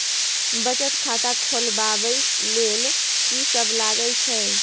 बचत खाता खोलवैबे ले ल की सब लगे छै?